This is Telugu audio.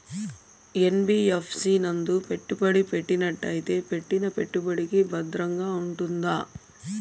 యన్.బి.యఫ్.సి నందు పెట్టుబడి పెట్టినట్టయితే పెట్టిన పెట్టుబడికి భద్రంగా ఉంటుందా?